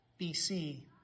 BC